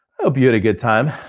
i hope you had a good time.